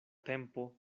tempo